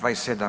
27.